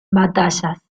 batallas